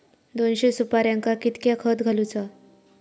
दोनशे सुपार्यांका कितक्या खत घालूचा?